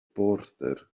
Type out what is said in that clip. border